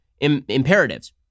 imperatives